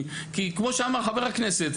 כי כמו שאמר חבר הכנסת,